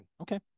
Okay